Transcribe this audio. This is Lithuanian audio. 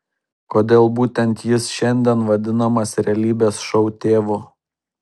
kodėl būtent jis šiandien vadinamas realybės šou tėvu